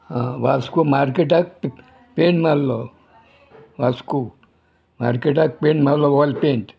वास्को मार्केटाक पेंट मारलो वास्को मार्केटाक पेंट मारलो वॉल पेंट